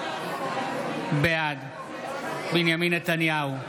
בעד בנימין נתניהו,